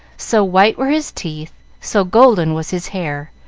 so white were his teeth, so golden was his hair,